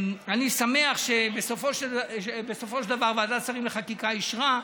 אני שמח שבסופו של דבר ועדת שרים לחקיקה אישרה.